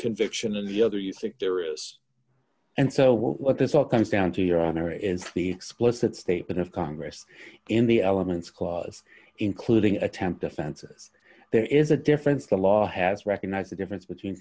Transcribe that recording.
conviction in the other you sick terrorists and so what this all comes down to your honor is the explicit statement of congress in the elements clause including attempt to fences there is a difference the law has recognized the difference between